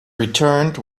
returned